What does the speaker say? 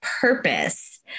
purpose